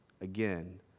again